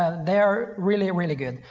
they are really, really good.